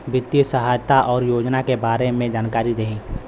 वित्तीय सहायता और योजना के बारे में जानकारी देही?